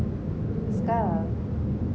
sekarang